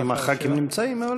אם חברי הכנסת נמצאים.